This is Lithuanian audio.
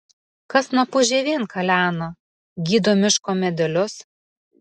kas snapu žievėn kalena gydo miško medelius